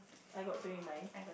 I got twenty nine